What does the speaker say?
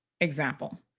example